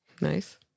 Nice